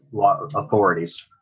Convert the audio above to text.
authorities